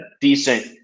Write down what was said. decent